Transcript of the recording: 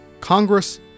Congress